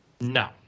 No